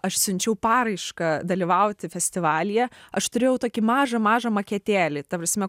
aš siunčiau paraišką dalyvauti festivalyje aš turėjau tokį mažą mažą paketėlį ta prasme